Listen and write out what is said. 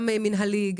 גם מנהלי,